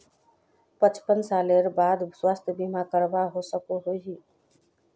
पचपन सालेर बाद स्वास्थ्य बीमा करवा सकोहो ही?